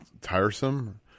tiresome